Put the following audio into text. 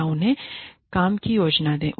या उन्हें काम की योजना दें